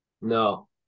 No